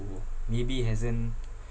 maybe hasn't